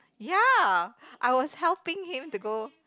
ya I was helping him to go